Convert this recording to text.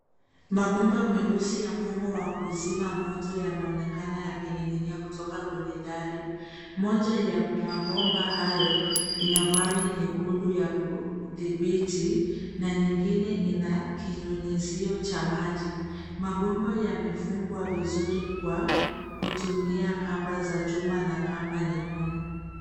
Mabomba meusi ya mfumo wa kuzima moto yanaonekana yakining'inia kutoka kwenye dari. Moja ya mabomba hayo ina vali nyekundu ya kudhibiti na nyingine ina kinyunyizio cha maji. Mabomba yamefungwa vizuri kwa kutumia kamba za chuma na kamba nyekundu.